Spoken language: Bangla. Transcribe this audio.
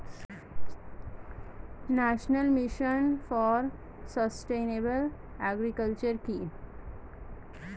National mission for sustainable agriculture কি?